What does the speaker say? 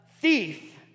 thief